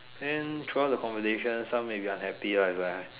then throughout the conversation some maybe unhappy like I